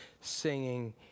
singing